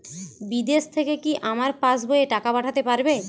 বিদেশ থেকে কি আমার পাশবইয়ে টাকা পাঠাতে পারবে?